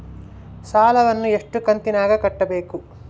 ಸಾಲವನ್ನ ಎಷ್ಟು ಕಂತಿನಾಗ ಕಟ್ಟಬೇಕು?